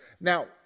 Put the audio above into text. now